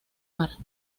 mar